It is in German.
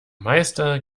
meister